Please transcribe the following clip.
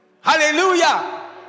Hallelujah